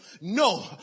No